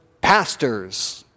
pastors